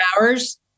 hours